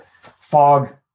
fog